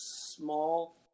small